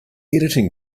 editing